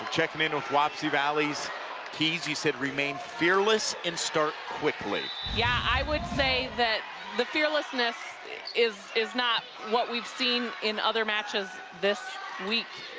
checking in with wapsie valley's keys, you said remain fearless and start quickly. yeah i would say that the fearlessness is is not what we've seen in other matches this week.